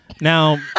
Now